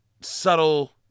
subtle